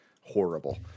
horrible